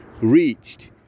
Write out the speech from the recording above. reached